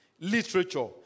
literature